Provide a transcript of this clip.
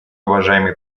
уважаемый